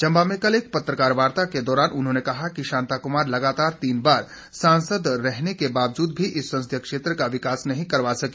चम्बा में कल एक पत्रकार वार्ता के दौरान उन्होंने कहा कि शांता कुमार लगातार तीन बार सांसद रहने के बावजूद भी इस संसदीय क्षेत्र का विकास नहीं करवा सके